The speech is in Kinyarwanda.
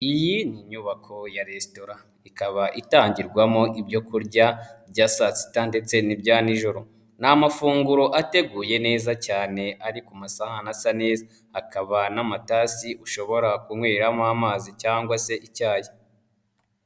Iyi ni inyubako ya resitatoran ikaba itangirwamo ibyo kurya bya saa sita ndetse n'ibya nijoro. Ni amafunguro ateguye neza cyane ariko ku masahane asa neza, hakaba n'amatasi ushobora kunyweramo amazi cyangwa se icyayi.